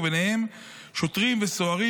ובהם שוטרים וסוהרים,